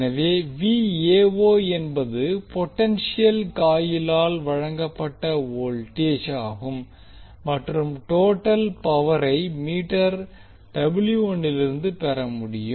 எனவே என்பது பொடென்ஷியல் காயிலால் வழங்கப்பட்ட வோல்டேஜ் ஆகும் மற்றும் டோட்டல் பவரை மீட்டர் லிருந்து பெறமுடியும்